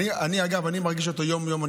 אגב, אני מרגיש אותו יום-יום.